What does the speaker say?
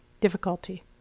difficulty